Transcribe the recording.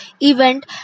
event